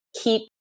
keep